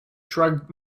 shrugged